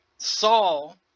Saul